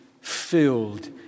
filled